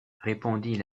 répondit